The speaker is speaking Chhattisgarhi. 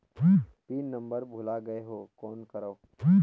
पिन नंबर भुला गयें हो कौन करव?